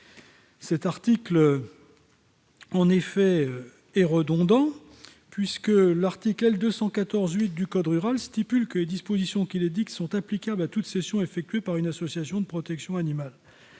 cet article est redondant. En effet, l'article L. 214-8 du code rural dispose clairement que les dispositions qu'il édicte sont applicables à toute cession effectuée par une association de protection animale.